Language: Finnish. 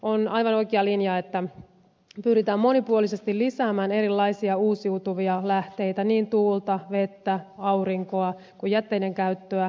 on aivan oikea linja että pyritään monipuolisesti lisäämään erilaisia uusiutuvia lähteitä niin tuulta vettä aurinkoa kuin jätteiden käyttöä